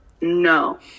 No